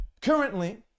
currently